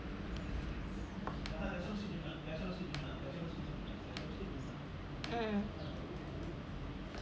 mm